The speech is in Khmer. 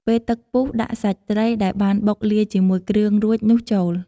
ពេលទឹកពុះដាក់សាច់ត្រីដែលបានបុកលាយជាមួយគ្រឿងរួចនោះចូល។